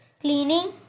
cleaning